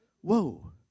Whoa